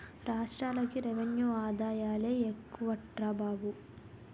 రాష్ట్రాలకి రెవెన్యూ ఆదాయాలే ఎక్కువట్రా బాబు